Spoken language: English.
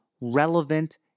relevant